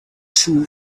true